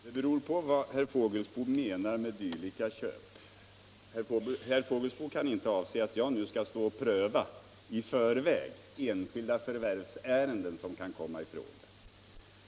Herr talman! Det beror på vad herr Fågelsbo menar med ”dylika köp”. Herr Fågelsbo kan inte avse att jag nu i förväg skall pröva enskilda förvärvsärenden som kan komma upp.